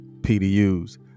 PDUs